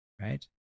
right